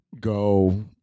go